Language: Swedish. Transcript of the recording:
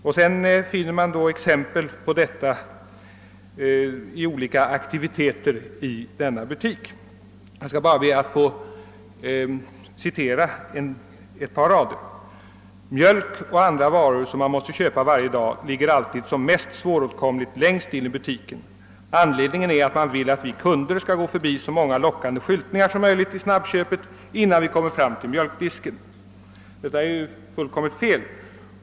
I artikeln ges sedan exempel på olika aktiviteter i ifrågavarande butik, och då skriver man: »Mjölk och andra varor som man måste köpa varje dag ligger alltid som mest svåråtkomligt, längst in i butiken. Anledningen är att man vill att vi kunder ska gå förbi så många lockande skyltningar som möjligt i snabbköpet, innan vi kommer fram till mjölkdisken.» Detta är ju fullständigt fel.